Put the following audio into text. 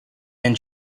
and